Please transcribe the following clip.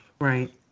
Right